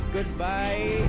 Goodbye